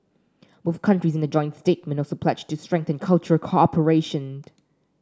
both countries in a joint statement also pledged to strengthen cultural cooperation